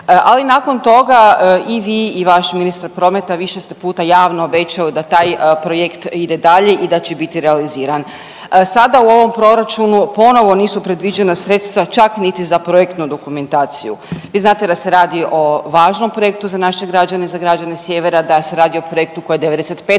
ali nakon toga i vi i vaš ministar prometa više ste puta javno obećali da taj projekt ide dalje i da će biti realiziran. Sada u ovom proračunu ponovo nisu predviđena sredstva čak niti za projektnu dokumentaciju. Vi znate da se radi o važnom projektu za naše građane za građane sjevera, da se radi o projektu koji je 95%